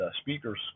speakers